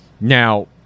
Now